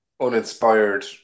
uninspired